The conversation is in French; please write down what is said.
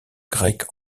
grecque